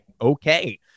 okay